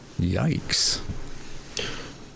Yikes